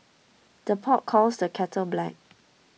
the pot calls the kettle black